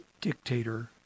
dictator